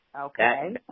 Okay